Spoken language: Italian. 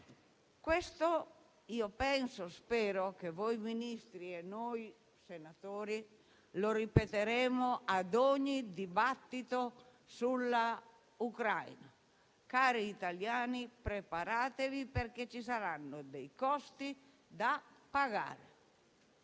rare. Io penso e spero che voi Ministri e noi senatori ripeteremo questo ad ogni dibattito sull'Ucraina: «Cari italiani, preparatevi perché ci saranno dei costi da pagare».